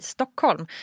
Stockholm